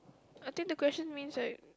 I think the question means like